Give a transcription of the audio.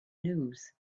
news